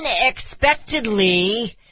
unexpectedly